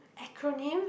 acronym